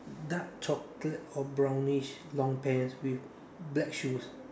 dark chocolate or brownish long pants with black shoes